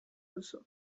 duzu